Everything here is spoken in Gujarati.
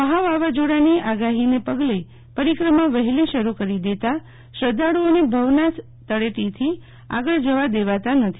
મહા વાવાઝોડાની આગાહીને પગલે પરિક્રમા વહેલી શરૂ કરી દેતા શ્રદ્ધાળુઓને ભવનાથ તળેટીથી આગળ જવા દેવાતા નથી